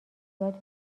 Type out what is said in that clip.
یاد